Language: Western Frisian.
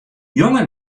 jonge